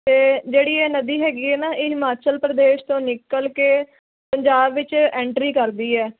ਅਤੇ ਜਿਹੜੀ ਇਹ ਨਦੀ ਹੈਗੀ ਹੈ ਨਾ ਇਹ ਹਿਮਾਚਲ ਪ੍ਰਦੇਸ਼ ਤੋਂ ਨਿਕਲ ਕੇ ਪੰਜਾਬ ਵਿੱਚ ਐਂਟਰੀ ਕਰਦੀ ਹੈ